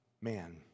man